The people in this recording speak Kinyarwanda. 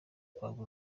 kwagura